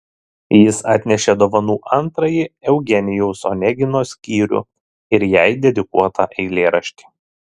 jis atnešė dovanų antrąjį eugenijaus onegino skyrių ir jai dedikuotą eilėraštį